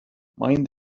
mind